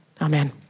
Amen